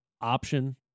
option